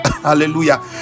hallelujah